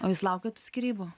o jūs laukėt tų skyrybų